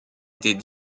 était